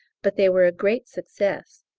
but they were a great success.